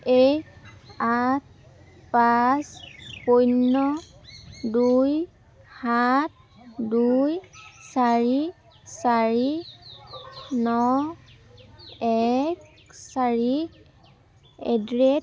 এই আঠ পাঁচ শূন্য দুই সাত দুই চাৰি চাৰি ন এক চাৰি এট দি ৰে'ট